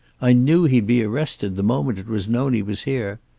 i knew he'd be arrested the moment it was known he was here.